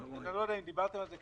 אני לא יודע אם דיברתם על זה,